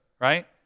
right